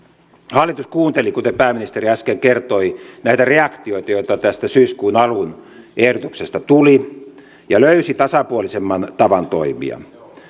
hallitus kuunteli kuten pääministeri äsken kertoi näitä reaktioita joita tästä syyskuun alun ehdotuksesta tuli ja löysi tasapuolisemman tavan toimia